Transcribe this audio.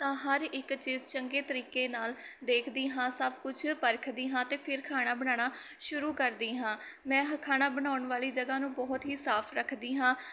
ਤਾਂ ਹਰ ਇੱਕ ਚੀਜ਼ ਚੰਗੇ ਤਰੀਕੇ ਨਾਲ਼ ਦੇਖਦੀ ਹਾਂ ਸਭ ਕੁਛ ਪਰਖਦੀ ਹਾਂ ਅਤੇ ਫਿਰ ਖਾਣਾ ਬਣਾਉਣਾ ਸ਼ੁਰੂ ਕਰਦੀ ਹਾਂ ਮੈਂ ਹ ਖਾਣਾ ਬਣਾਉਣ ਵਾਲੀ ਜਗ੍ਹਾ ਨੂੰ ਬਹੁਤ ਹੀ ਸਾਫ ਰੱਖਦੀ ਹਾਂ